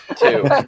two